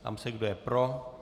Ptám se, kdo je pro.